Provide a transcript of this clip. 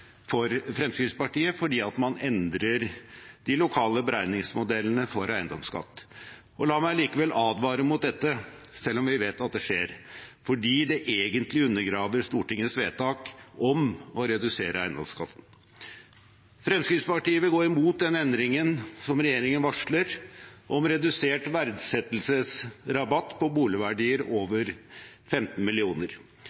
Fremskrittspartiet fordi man endrer de lokale beregningsmodellene for eiendomsskatt. La meg likevel advare mot dette, selv om vi vet at det skjer, fordi det egentlig undergraver Stortingets vedtak om å redusere eiendomsskatten. Fremskrittspartiet vil gå imot endringen regjeringen varsler om redusert verdsettelsesrabatt på boligverdier over